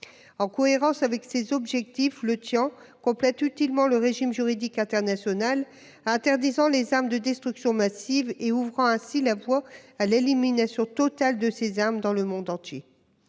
En cohérence avec ces objectifs, le Tian complète utilement le régime juridique international interdisant les armes de destruction massive, ouvrant ainsi la voie à l'élimination totale de ces armes dans le monde entier.